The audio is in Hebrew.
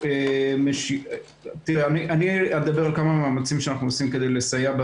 אני אדבר על כמה מהמאמצים שאנחנו עושים כדי לסייע.